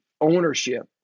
ownership